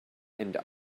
and